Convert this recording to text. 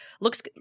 looks